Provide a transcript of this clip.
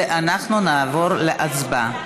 ואנחנו נעבור להצבעה.